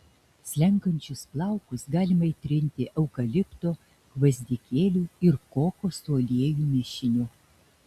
slenkančius plaukus galima įtrinti eukalipto gvazdikėlių ir kokosų aliejų mišiniu